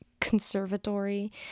conservatory